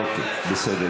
אוקיי, בסדר